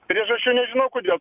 priežasčių nežinau kodėl